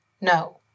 No